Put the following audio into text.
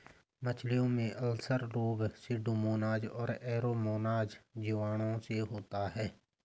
मछलियों में अल्सर रोग सुडोमोनाज और एरोमोनाज जीवाणुओं से होता है